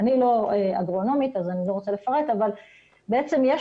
אני לא אגרונומית ולכן אני לא רוצה לפרט אבל בעצם יש